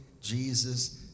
Jesus